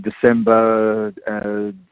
December